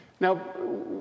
Now